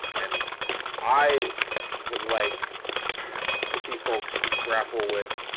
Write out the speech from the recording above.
and i would like to see folks grapple with.